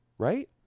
right